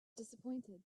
disappointed